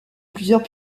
plusieurs